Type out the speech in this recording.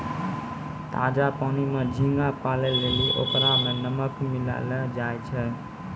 ताजा पानी में झींगा पालै लेली ओकरा में नमक मिलैलोॅ जाय छै